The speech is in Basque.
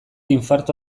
infarto